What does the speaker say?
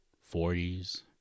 forties